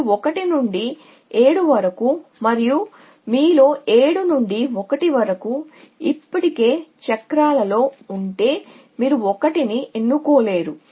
మీరు 1 నుండి 7 వరకు మరియు మీలో 7 నుండి 1 వరకు ఇప్పటికే చక్రాలలో ఉంటే మీరు 1 ని ఎన్నుకోలేరు